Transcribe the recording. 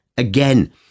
again